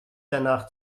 danach